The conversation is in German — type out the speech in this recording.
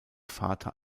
vater